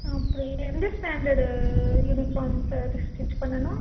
அப்படியா எந்த standard uniform sir stitch பண்ணணும்